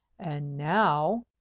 and now,